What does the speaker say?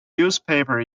newspaper